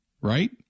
right